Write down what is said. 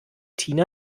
tina